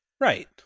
Right